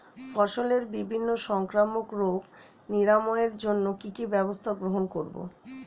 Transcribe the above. ফসলের বিভিন্ন সংক্রামক রোগ নিরাময়ের জন্য কি কি ব্যবস্থা গ্রহণ করব?